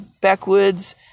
backwoods